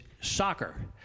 soccer